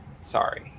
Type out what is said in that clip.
sorry